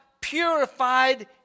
purified